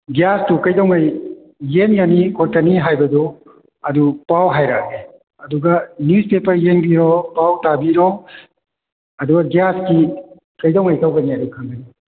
ꯒ꯭ꯌꯥꯁꯇꯨ ꯀꯩꯗꯧꯉꯩ ꯌꯦꯟꯒꯅꯤ ꯈꯣꯠꯀꯅꯤ ꯍꯥꯏꯕꯗꯣ ꯑꯗꯨ ꯄꯥꯎ ꯍꯥꯏꯔꯛꯑꯒꯦ ꯑꯗꯨꯒ ꯅ꯭ꯌꯨꯁꯄꯦꯄꯔ ꯌꯦꯡꯕꯤꯔꯣ ꯄꯥꯎ ꯇꯥꯕꯤꯔꯣ ꯑꯗꯨꯒ ꯒ꯭ꯌꯥꯁꯀꯤ ꯀꯩꯗꯧꯉꯩ ꯇꯧꯒꯅꯤꯗꯣ ꯍꯥꯏꯗꯣ ꯈꯪꯒꯅꯤ